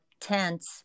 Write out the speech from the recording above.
tense